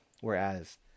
Whereas